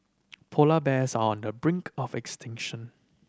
polar bears are on the brink of extinction